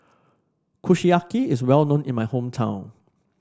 Kushiyaki is well known in my hometown